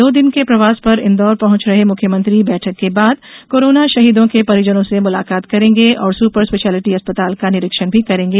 दो दिन के प्रवास पर इन्दौर पहॅच रहे मुख्यमंत्री बैठक के बाद कोरोना शहीदों के परिजनों से मुलाकात करेंगे और सुपर स्पेशलिटी अस्पताल का निरीक्षण करेंगे